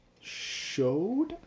showed